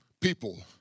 people